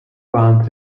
planned